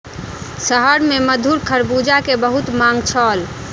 शहर में मधुर खरबूजा के बहुत मांग छल